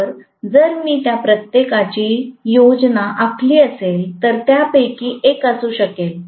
तर जर मी त्या प्रत्येकाची योजना आखली असेल तर त्यापैकी एक असू शकेल